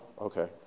okay